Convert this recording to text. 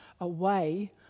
away